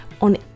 on